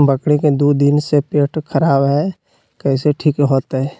बकरी के दू दिन से पेट खराब है, कैसे ठीक होतैय?